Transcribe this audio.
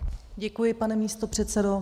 Děkuji, pane místopředsedo.